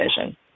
vision